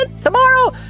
tomorrow